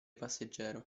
passeggero